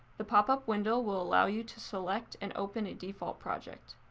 the pop up window will allow you to select an open a default project.